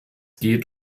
geht